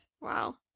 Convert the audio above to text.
Wow